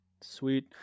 sweet